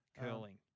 Curling